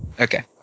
Okay